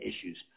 issues